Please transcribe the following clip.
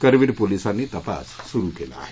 करवीर पोलिसांनी तपास सुरू केला आहे